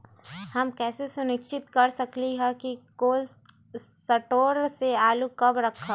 हम कैसे सुनिश्चित कर सकली ह कि कोल शटोर से आलू कब रखब?